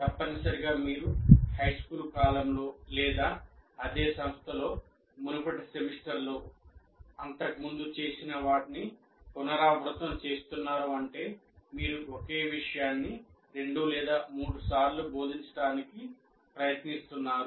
తప్పనిసరిగా మీరు హైస్కూల్ కాలంలో లేదా అదే సంస్థలో మునుపటి సెమిస్టర్లలో ఇంతకు ముందు చేసిన వాటిని పునరావృతం చేస్తున్నారు అంటే మీరు ఒకే విషయాన్ని రెండు లేదా మూడు సార్లు బోధించడానికి ప్రయత్నిస్తున్నారు